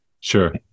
Sure